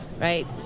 right